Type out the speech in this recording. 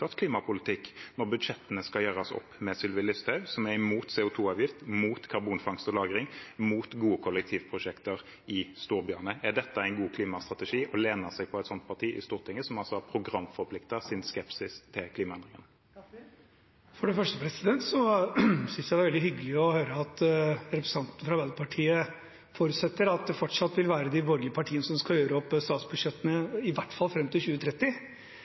klimapolitikk, når budsjettene skal gjøres opp med Sylvi Listhaug, som er imot CO 2 -avgift, mot karbonfangst og -lagring og mot gode kollektivprosjekter i storbyene. Er det en god klimastrategi å lene seg på et sånt parti i Stortinget, et parti som har programforpliktet sin skepsis til klimaendringer? For det første synes jeg det er veldig hyggelig å høre at representanten fra Arbeiderpartiet forutsetter at det fortsatt vil være de borgerlige partiene som skal gjøre opp statsbudsjettene i hvert fall fram til 2030.